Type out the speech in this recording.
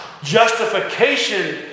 justification